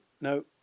no